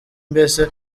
mbese